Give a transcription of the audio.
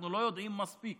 אנחנו לא יודעים מספיק